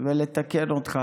ולתקן אותך.